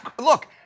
Look